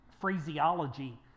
phraseology